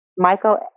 Michael